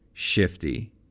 Shifty